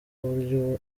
uburyo